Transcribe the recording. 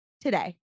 today